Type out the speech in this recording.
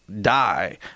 die